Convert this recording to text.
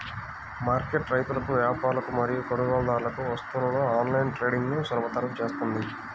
market రైతులకు, వ్యాపారులకు మరియు కొనుగోలుదారులకు వస్తువులలో ఆన్లైన్ ట్రేడింగ్ను సులభతరం చేస్తుంది